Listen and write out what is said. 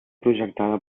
projectada